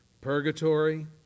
Purgatory